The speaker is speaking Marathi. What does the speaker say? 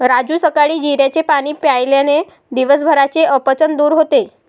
राजू सकाळी जिऱ्याचे पाणी प्यायल्याने दिवसभराचे अपचन दूर होते